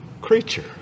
creature